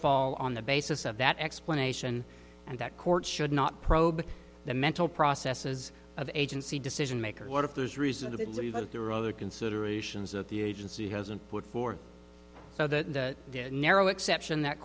fall on the basis of that explanation and that court should not probe the mental processes of agency decision maker what if there's reason to believe that there are other considerations of the agency hasn't put forth so the narrow exception that